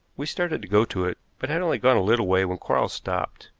we started to go to it, but had only gone a little way when quarles stopped.